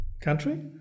country